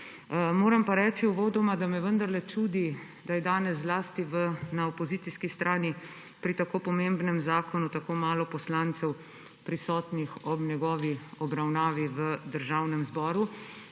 Moram pa reči uvodoma, da me vendarle čudi, da je danes zlasti na opozicijski strani pri tako pomembnem zakonu tako malo poslancev prisotnih ob njegovi obravnavi v Državnem zboru;